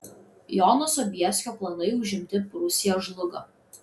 jono sobieskio planai užimti prūsiją žlugo